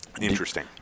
interesting